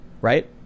Right